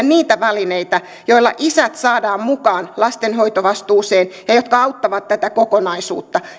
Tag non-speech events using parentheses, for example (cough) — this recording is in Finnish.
(unintelligible) niitä välineitä joilla isät saadaan mukaan lastenhoitovastuuseen ja jotka auttavat tätä kokonaisuutta